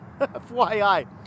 FYI